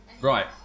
right